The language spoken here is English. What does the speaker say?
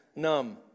numb